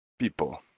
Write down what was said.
people